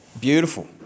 beautiful